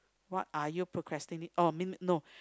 what are you procrastinate oh means no